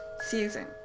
season